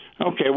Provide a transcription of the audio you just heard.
Okay